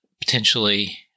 potentially